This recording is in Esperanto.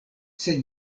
sed